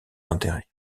intérêts